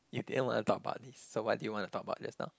you didn't want to talk about this so what did you want to talk about just now